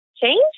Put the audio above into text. change